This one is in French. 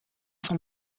son